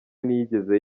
ntiyigeze